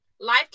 Life